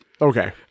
Okay